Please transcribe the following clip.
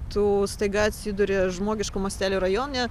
tu staiga atsiduri žmogiško mastelio rajone